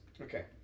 Okay